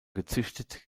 gezüchtet